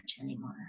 anymore